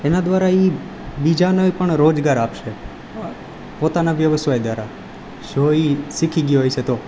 એના દ્વારા એ બીજાને પણ રોજગાર આપશે પોતાના વ્યવસાય દ્વારા જો એ શીખી ગયો હશે તો